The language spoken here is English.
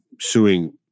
suing